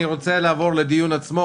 אני רוצה לעבור לדיון עצמו,